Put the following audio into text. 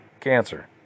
cancer